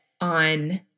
on